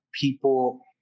people